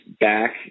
back